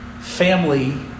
family